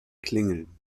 klingeln